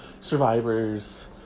survivors